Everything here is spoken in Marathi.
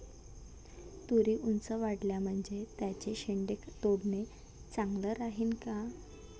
तुरी ऊंच वाढल्या म्हनजे त्याचे शेंडे तोडनं चांगलं राहीन का?